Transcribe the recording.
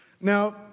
Now